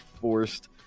forced